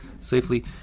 safely